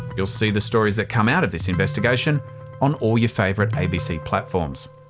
you'll see the stories that come out of this investigation on all your favourite abc platforms.